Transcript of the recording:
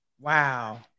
wow